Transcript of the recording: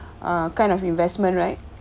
ah kind of investment right